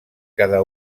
cada